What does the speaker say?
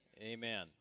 Amen